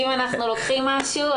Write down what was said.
אם אנחנו לוקחים משהו,